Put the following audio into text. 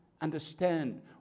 understand